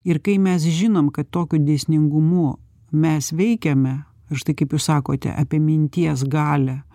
ir kai mes žinom kad tokiu dėsningumu mes veikiame štai kaip jūs sakote apie minties galią